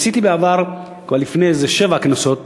ניסיתי בעבר, כבר לפני איזה שבע כנסות